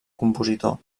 compositor